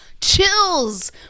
chills